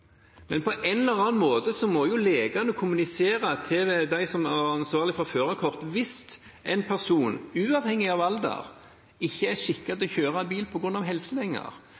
Men på en eller annen måte må legene kommunisere det til dem som er ansvarlige for førerkort, hvis en person, uavhengig av alder, ikke er skikket til å kjøre bil